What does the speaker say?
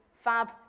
Fab